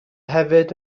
hefyd